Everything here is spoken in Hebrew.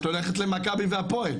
שאת הולכת למכבי והפועל.